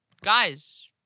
guys